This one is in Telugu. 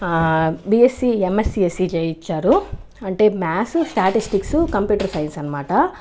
బీఎస్సీ ఎమ్మెస్సీ చేయించారు అంటే మ్యాథ్స్ స్టాటస్టిక్స్ కంప్యూటర్ సైన్స్ అనమాట